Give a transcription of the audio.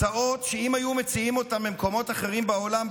הצעות שאם היו מציעים אותם במקומות אחרים בעולם,